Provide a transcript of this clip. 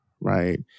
right